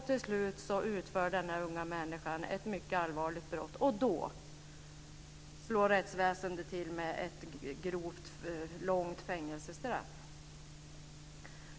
Till slut utför den unga människan ett mycket allvarligt brott, och då slår rättsväsendet till med ett långt fängelsestraff.